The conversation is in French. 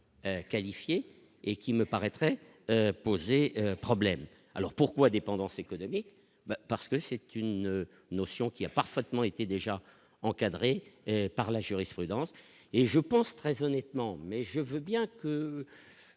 qualifié et qui me paraît très posé problème alors pourquoi dépendance économique parce que c'est une notion qui a parfaitement été déjà encadré par la jurisprudence et je pense très honnête. Non mais je veux bien qu'on